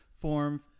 form